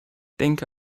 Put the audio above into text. denke